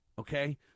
okay